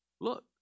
Look